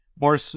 More